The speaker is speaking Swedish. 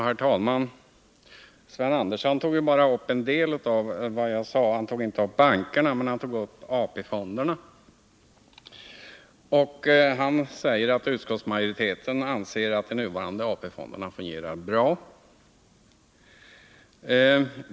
Herr talman! Sven Andersson tog bara upp en del av vad jag sade. Han tog inte upp bankerna, men han tog upp AP-fonderna. Sven Andersson sade att utskottsmajoriteten anser att de nuvarande AP-fonderna fungerar bra.